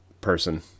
person